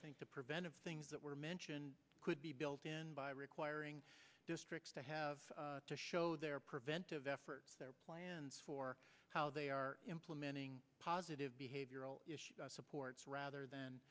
think the preventive things that were mentioned could be built in by requiring districts to have to show their preventive efforts their plans for how they are implementing positive behavioral supports rather